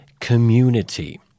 community